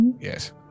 Yes